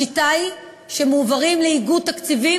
השיטה היא שמועברים לאיגוד תקציבים,